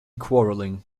quarrelling